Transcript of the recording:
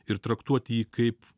ir traktuoti jį kaip